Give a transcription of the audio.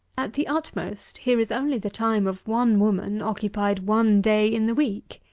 at the utmost here is only the time of one woman occupied one day in the week.